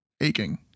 aching